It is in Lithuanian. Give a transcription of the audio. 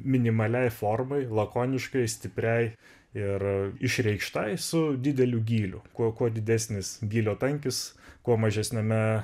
minimaliai formai lakoniškai stipriai ir išreikštai su dideliu gyliu kuo kuo didesnis gylio tankis kuo mažesniame